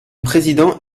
président